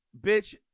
Bitch